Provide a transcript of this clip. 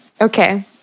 Okay